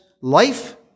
life